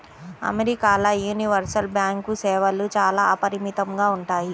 అమెరికాల universal bank సేవలు చాలా అపరిమితంగా ఉంటాయి